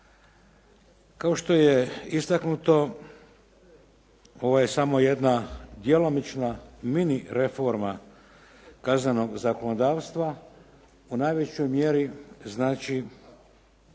Kao što je istaknuto ovo je samo jedna djelomična mini reforma kaznenog zakonodavstva, u najvećoj mjeri znači